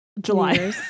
July